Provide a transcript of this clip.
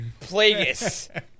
Plagueis